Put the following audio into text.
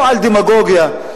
או דמגוגיה.